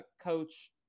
Coach